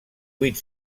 vuit